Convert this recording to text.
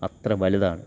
അത്ര വലുതാണ്